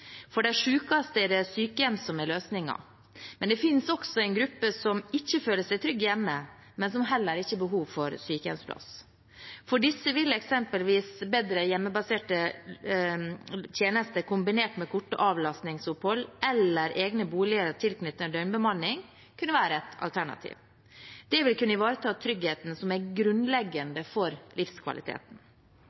For de sykeste er det sykehjem som er løsningen, men det finnes også en gruppe som ikke føler seg trygg hjemme, men som heller ikke har behov for sykehjemsplass. For disse vil eksempelvis bedre hjemmebaserte tjenester kombinert med korte avlastningsopphold eller egne boliger tilknyttet døgnbemanning kunne være et alternativ. Det vil kunne ivareta tryggheten, som er grunnleggende for livskvaliteten.